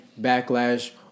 backlash